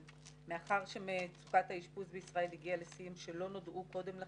מאחר שמצוקת האשפוז בישראל הגיעה לשיאים שלא נודעו קודם לכן,